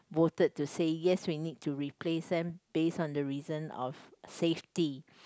voted to say yes we need to replace them based on the reason of safety